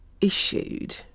issued